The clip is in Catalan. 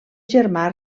germà